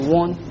one